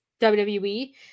WWE